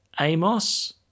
Amos